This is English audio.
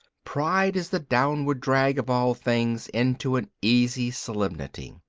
pride is the downward drag of all things into an easy solemnity.